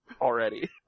already